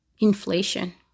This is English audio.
inflation